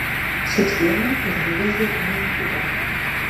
susėmė ir nuvežė į mentūrą